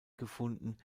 gefunden